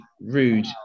rude